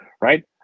Right